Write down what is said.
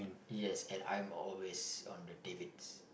yes and I'm always on the Davids